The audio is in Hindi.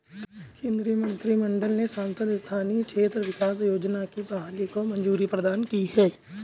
केन्द्रीय मंत्रिमंडल ने सांसद स्थानीय क्षेत्र विकास योजना की बहाली को मंज़ूरी प्रदान की है